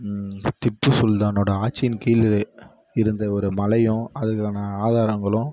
திப்பு சுல்தானோடய ஆட்சியின் கீழ் இருந்த ஒரு மலையும் அதற்கான ஆதாரங்களும்